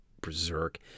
berserk